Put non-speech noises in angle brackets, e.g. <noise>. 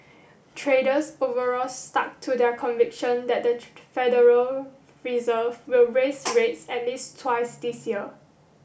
traders overall stuck to their conviction that the <unintelligible> Federal Reserve will raise rates at least twice this year